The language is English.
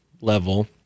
level